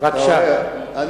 שלא תגיד שאני מקפח אותך.